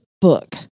book